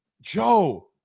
Joe